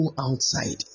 outside